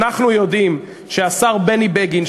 ואנחנו יודעים שהשר בני בגין,